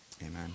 amen